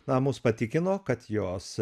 na mus patikino kad jos